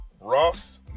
Ross